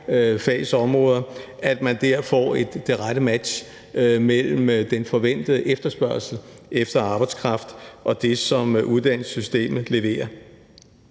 fags områder – så man får det rette match mellem den forventede efterspørgsel efter arbejdskraft og det, som uddannelsessystemet leverer.